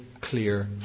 clear